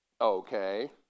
Okay